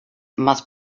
must